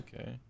Okay